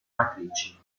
matrici